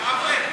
המאוורר.